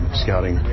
scouting